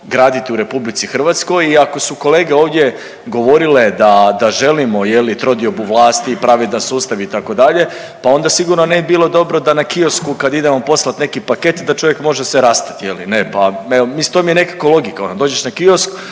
graditi u RH i ako su kolege ovdje govorile da želimo trodiobu vlasti i pravedan sustav itd., pa onda sigurno ne bi bilo dobro da na kiosku kad idemo poslati neki paket da čovjek može se rastati je li pa mislim to mi je nekako logika. Dođeš na kiosk